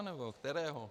Nebo kterého?